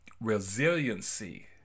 Resiliency